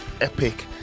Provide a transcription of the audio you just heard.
epic